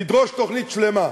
לדרוש תוכנית שלמה,